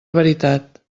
veritat